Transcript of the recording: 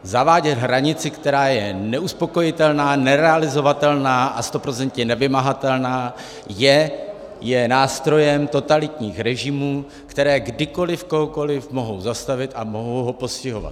Zavádět hranici, která je neuspokojitelná, nerealizovatelná a stoprocentně nevymahatelná, je nástrojem totalitních režimů, které kdykoliv kohokoliv mohou zastavit a mohou ho postihovat.